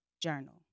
journal